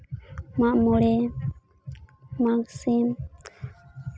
ᱢᱟᱜᱢᱚᱲᱮ ᱢᱟᱜᱥᱤᱢ